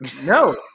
No